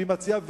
אם היא מציעה,